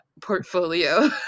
Portfolio